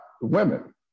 women